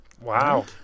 Wow